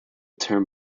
term